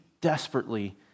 desperately